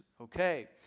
Okay